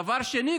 דבר שני,